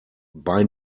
bei